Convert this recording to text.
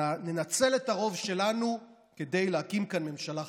ננצל את הרוב שלנו כדי להקים כאן ממשלה חדשה,